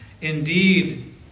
Indeed